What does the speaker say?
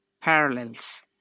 parallels